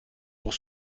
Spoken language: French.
pour